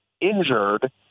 injured